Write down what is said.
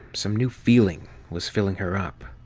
some new feeling was filling her up.